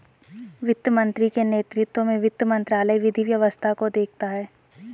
वित्त मंत्री के नेतृत्व में वित्त मंत्रालय विधि व्यवस्था को देखता है